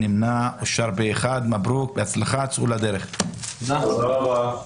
הצבעה הצעת צו המועצות המקומיות